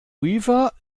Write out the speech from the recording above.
weaver